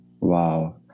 Wow